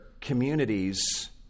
communities